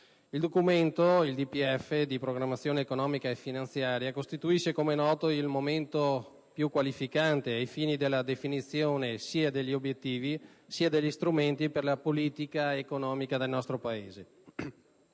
Il Documento di programmazione economico-finanziaria costituisce, come noto, il momento più qualificante ai fini della definizione degli obiettivi e degli strumenti per la politica economica del nostro Paese.